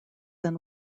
than